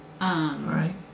Right